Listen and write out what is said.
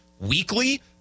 weekly